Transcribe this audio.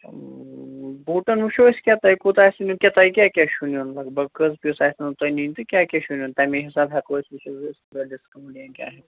بوٗٹَن وُچھو أسۍ کیٛاہ تۄہہِ کوٗتاہ آسوٕ نِیُن کیٛاہ تۄہہِ کیٛاہ کیٛاہ چھُو نِیُن لگ بگ کٔژ پیٖس آسِنو تۄہہِ نِنۍ تہٕ کیٛاہ کیٛاہ چھُو نِیُن تَمے حِساب ہٮ۪کو أسۍ وُچھِتھ کوتاہ ڈِسکاوُنٛٹ یا کیٛاہ